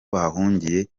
bahungiye